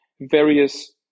various